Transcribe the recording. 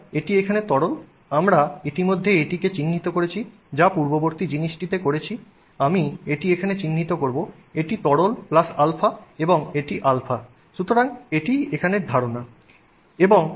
সুতরাং এটি এখানে তরল আমরা ইতিমধ্যে এটি চিহ্নিত করেছি যা পূর্ববর্তী জিনিসটিতে করেছি আমি এটি এখানে চিহ্নিত করব এটি তরল প্লাস α এবং এটি α সুতরাং এটিই এখানের ধারণা